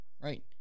right